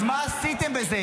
אז מה עשיתם בזה?